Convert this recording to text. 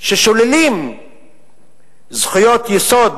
ששוללים זכויות יסוד